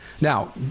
Now